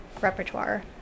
repertoire